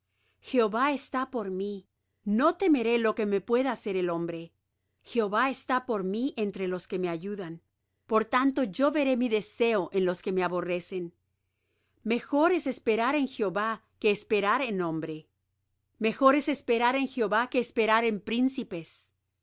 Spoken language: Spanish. jehová está por mí no temeré lo que me pueda hacer el hombre jehová está por mí entre los que me ayudan por tanto yo veré mi deseo en los que me aborrecen mejor es esperar en jehová que esperar en hombre mejor es esperar en jehová que esperar en príncipes